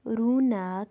روٗنَک